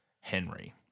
Henry